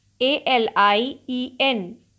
a-l-i-e-n